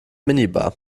minibar